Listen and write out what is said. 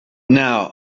now